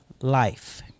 life